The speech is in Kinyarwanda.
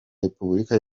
repubulika